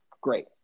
great